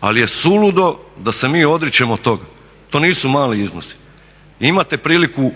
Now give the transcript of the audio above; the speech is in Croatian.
Ali je suludo da se mi odričemo toga, to nisu mali iznosi. Imate priliku,